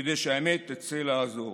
כדי שהאמת תצא לאור.